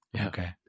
Okay